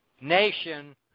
nation